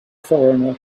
foreigner